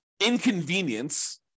inconvenience